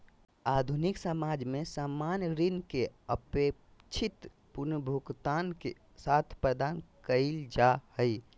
आधुनिक समाज में सामान्य ऋण के अपेक्षित पुनर्भुगतान के साथ प्रदान कइल जा हइ